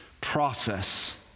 process